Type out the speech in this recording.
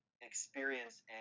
experience